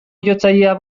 jotzailea